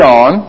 on